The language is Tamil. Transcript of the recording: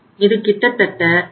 இது கிட்டத்தட்ட 9